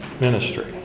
ministry